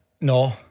No